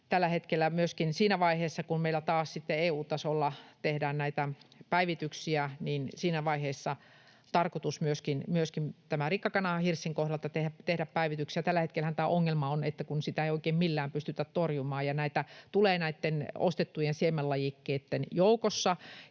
tällä hetkellä on tarkoitus siinä vaiheessa, kun meillä taas EU-tasolla tehdään näitä päivityksiä, myöskin rikkakananhirssin kohdalta tehdä päivityksiä. Tällä hetkellähän tämä ongelma on se, että sitä ei oikein millään pystytä torjumaan ja näitä tulee ostettujen siemenlajikkeitten joukossa.